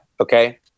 okay